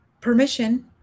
Permission